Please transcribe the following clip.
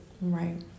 right